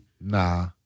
Nah